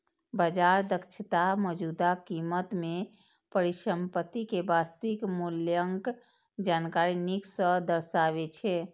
बाजार दक्षता मौजूदा कीमत मे परिसंपत्ति के वास्तविक मूल्यक जानकारी नीक सं दर्शाबै छै